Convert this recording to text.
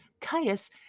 Caius